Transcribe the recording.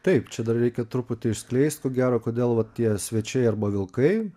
taip čia dar reikia truputį išskleist ko gero kodėl vat tie svečiai arba vilkai